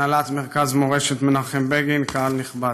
הנהלת מרכז מורשת מנחם בגין, קהל נכבד,